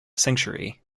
century